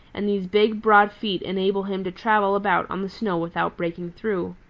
and these big, broad feet enable him to travel about on the snow without breaking through.